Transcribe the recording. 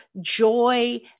joy